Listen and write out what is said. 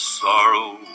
sorrow